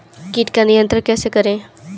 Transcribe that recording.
कीट पर नियंत्रण कैसे करें?